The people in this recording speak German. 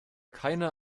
keiner